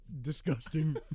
disgusting